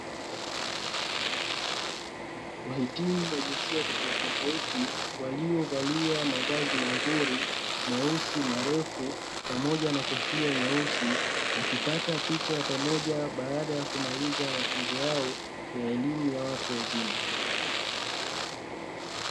Wahitimu wa jinsia tofautitofauti waliovalia mavazi mazuri meusi marefu, pamoja na kofia nyeusi wakipata picha pamoja baada ya kumaliza mafunzo yao ya elimu ya watu wazima.